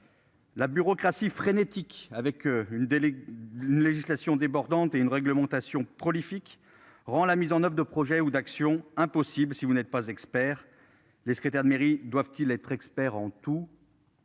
La bureaucratie frénétique avec une des législations débordante et une réglementation prolifique rend la mise en oeuvre de projets ou d'action impossible si vous n'êtes pas expert les secrétaires de mairie doivent-ils être expert en tout.